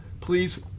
Please